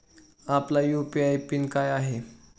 आपला UPI PIN काय आहे?